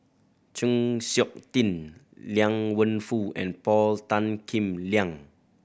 Chng Seok Tin Liang Wenfu and Paul Tan Kim Liang